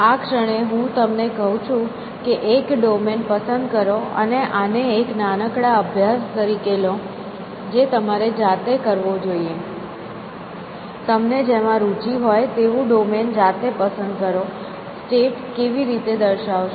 આ ક્ષણે હું તમને કહું છું કે એક ડોમેન પસંદ કરો અને આને એક નાનકડા અભ્યાસ તરીકે લો જે તમારે જાતે કરવો જોઈએ તમને જેમાં રુચિ હોય તેવું ડોમેન જાતે પસંદ કરો સ્ટેટ કેવી રીતે દર્શાવશો